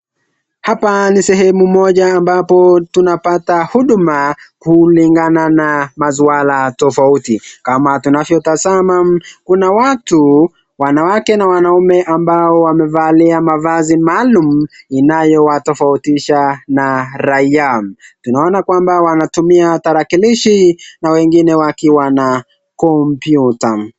Hapa ni sehemu moja ambapo tunapata huduma kulingana na maswala tofauti. Kama tunavyotazama kuna watu, wanawake na wanaume ambao wamevalia mavazi maalum inayo watofautisha na raia. Tunaona kwamba wanatumia tarakilishi na wengine wakiwa na kompyuta.